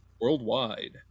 worldwide